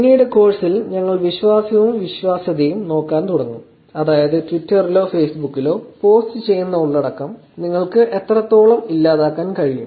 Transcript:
പിന്നീട് കോഴ്സിൽ ഞങ്ങൾ വിശ്വാസവും വിശ്വാസ്യതയും നോക്കാൻ തുടങ്ങും അതായത് ട്വിറ്ററിലോ ഫേസ്ബുക്കിലോ പോസ്റ്റ് ചെയ്യുന്ന ഉള്ളടക്കം നിങ്ങൾക്ക് എത്രത്തോളം ഇല്ലാതാക്കാൻ കഴിയും